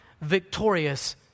victorious